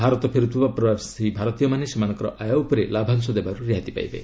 ଭାରତ ଫେରୁଥିବା ପ୍ରବାସୀ ଭାରତୀୟମାନେ ସେମାନଙ୍କ ଆୟ ଉପରେ ଲାଭାଂଶ ଦେବାରୁ ରିହାତି ପାଇବେ